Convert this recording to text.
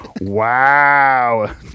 Wow